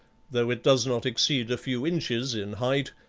though it does not exceed a few inches in height,